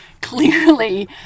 clearly